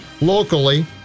locally